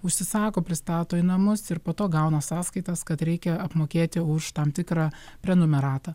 užsisako pristato į namus ir po to gauna sąskaitas kad reikia apmokėti už tam tikrą prenumeratą